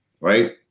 right